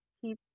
keep